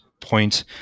point